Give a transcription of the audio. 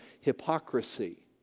hypocrisy